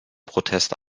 protest